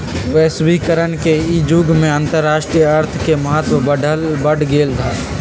वैश्वीकरण के इ जुग में अंतरराष्ट्रीय अर्थ के महत्व बढ़ गेल हइ